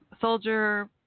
soldier